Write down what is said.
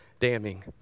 damning